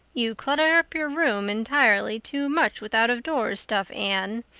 you clutter up your room entirely too much with out-of-doors stuff, anne.